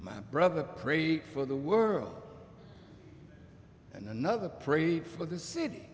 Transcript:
my brother prayed for the world and another prayed for the city